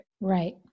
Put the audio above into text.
right